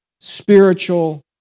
spiritual